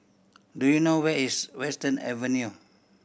do you know where is Western Avenue